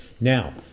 Now